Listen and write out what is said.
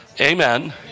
Amen